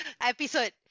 episode